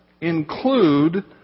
include